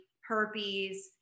herpes